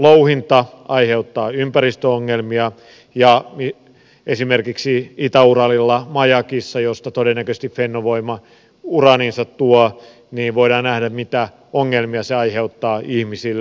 louhinta aiheuttaa ympäristöongelmia ja esimerkiksi itä uralilla majakissa josta todennäköisesti fennovoima uraaninsa tuo voidaan nähdä mitä ongelmia se aiheuttaa ihmisille